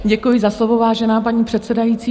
Děkuji za slovo, vážená paní předsedající.